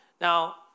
Now